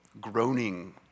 groaning